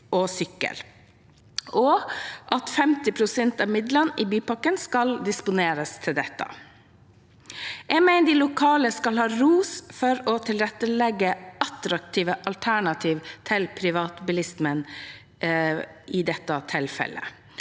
minst 50 pst. av midlene i bypakken skal disponeres til dette. Jeg mener de lokale skal ha ros for å tilrettelegge attraktive alternativ til privatbilismen i dette tilfellet.